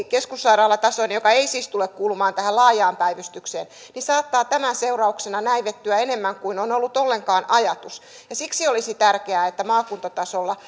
keskussairaalatasoinen joka ei siis tule kuulumaan tähän laajaan päivystykseen saattaa tämän seurauksena näivettyä enemmän kuin on ollut ollenkaan ajatus siksi olisi tärkeää että maakuntatasolla